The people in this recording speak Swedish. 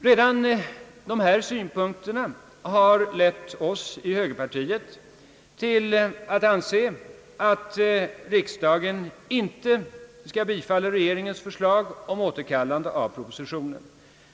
Redan dessa synpunkter har föranlett oss i högerpartiet att framhålla att riksdagen inte bör bifalla regeringens förslag om återkallande av propositionen.